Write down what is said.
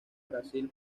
brasil